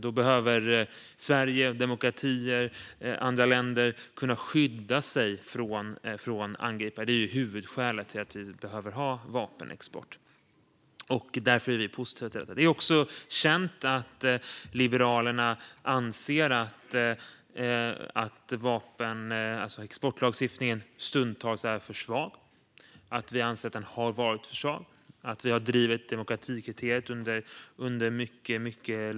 Då behöver Sverige och demokratier i andra länder kunna skydda sig från angripare. Det är huvudskälet till att vi behöver ha vapenexport. Därför är vi positiva till det. Det är också känt att Liberalerna anser att exportlagstiftningen stundtals är för svag. Vi anser att den har varit för svag. Vi har drivit demokratikriteriet under mycket lång tid.